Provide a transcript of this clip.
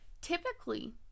typically